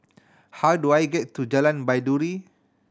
how do I get to Jalan Baiduri